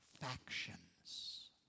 factions